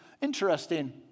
interesting